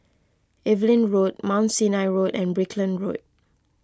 Evelyn Road Mount Sinai Road and Brickland Road